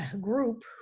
group